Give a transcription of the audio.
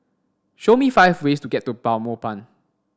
show me five ways to get to Belmopan